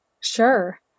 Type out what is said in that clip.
Sure